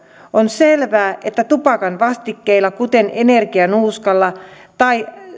on selvää että tupakan vastikkeilla kuten energianuuskalla tai